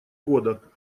года